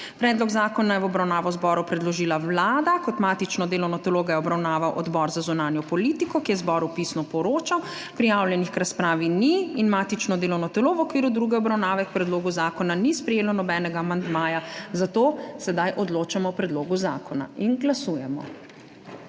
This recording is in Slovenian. Predlog zakona je v obravnavo Državnemu zboru predložila Vlada, kot matično delovno telo ga je obravnaval Odbor za zunanjo politiko, ki je zboru pisno poročal. Prijavljenih k razpravi ni in matično delovno telo v okviru druge obravnave k predlogu zakona ni sprejelo nobenega amandmaja, zato sedaj odločamo o predlogu zakona. Glasujemo.